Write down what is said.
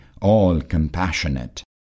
all-compassionate